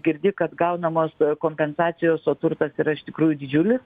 girdi kad gaunamos kompensacijos o turtas yra iš tikrųjų didžiulis